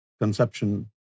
conception